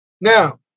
Now